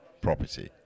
property